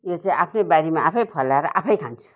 यो चाहिँ आफ्नै बारीमा आफै फलाएर आफै खान्छु